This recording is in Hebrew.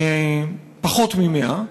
פחות מ-100,